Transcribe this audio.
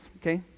okay